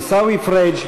עיסאווי פריג',